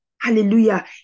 Hallelujah